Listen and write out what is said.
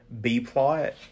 B-plot